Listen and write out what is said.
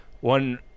one